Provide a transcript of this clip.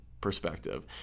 perspective